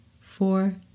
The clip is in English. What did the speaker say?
four